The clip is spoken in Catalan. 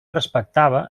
respectava